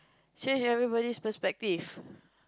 change everybody's perspective